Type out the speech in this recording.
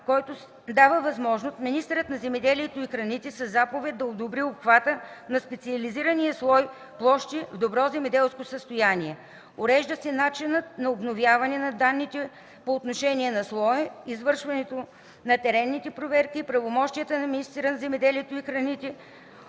който се дава възможност министърът на земеделието и храните със заповед да одобри обхвата на специализирания слой „Площи в добро земеделско състояние”, урежда се начинът на обновяване на данните по отношение на слоя, извършването на теренните проверки и правомощията на министъра на земеделието и храните